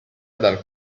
dal